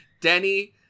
Denny